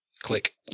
Click